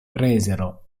presero